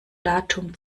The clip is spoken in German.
datum